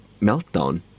meltdown